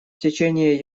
течение